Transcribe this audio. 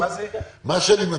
מהסיעות.